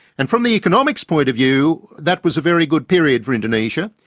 and from the economics point of view that was a very good period for indonesia.